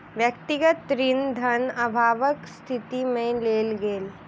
व्यक्तिगत ऋण धन अभावक स्थिति में लेल गेल